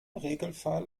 regelfall